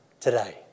today